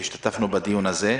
שהשתתף בדיון הזה,